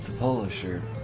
polo shirts